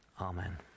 Amen